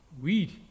weed